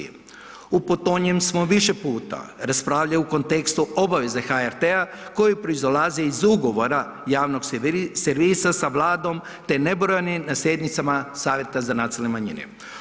U potonjem smo više puta raspravljali u kontekstu obaveze HRT-a koji proizilaze iz Ugovora javnog servisa sa Vladom, te nebrojenim sjednicama Savjeta za nacionalne manjine.